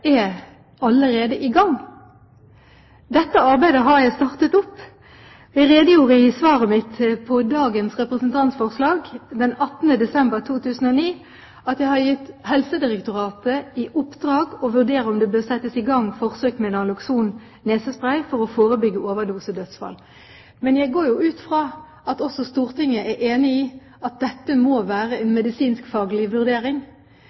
er allerede i gang. Dette arbeidet har jeg startet opp. Jeg redegjorde i svaret mitt på dagens representantforslag den 18. desember 2009 at jeg har gitt Helsedirektoratet i oppdrag å vurdere om det bør settes i gang forsøk med Naloxon nesespray for å forebygge overdosedødsfall. Men jeg går ut fra at også Stortinget er enig i at dette må være en medisinsk-faglig vurdering.